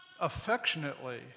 affectionately